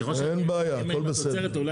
הכול בסדר.